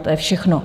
To je všechno.